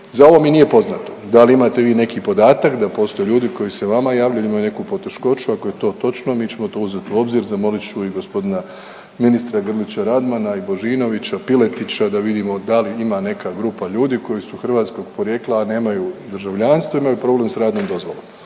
Za ovo mi nije poznato. Da li vi imate neki podatak da postoje ljudi koji se vama javljaju, imaju neku poteškoću. Ako je to točno mi ćemo to uzeti u obzir. Zamolit ću i gospodina ministra Grlića Radmana i Božinovića, Piletića da li ima neka grupa ljudi koji su hrvatskog porijekla, a nemaju državljanstvo imaju problem sa radnim dozvolama.